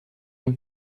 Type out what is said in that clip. uma